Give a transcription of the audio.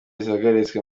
zihagaritswe